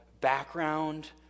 background